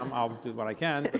um i'll do what i can.